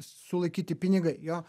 sulaikyti pinigai jo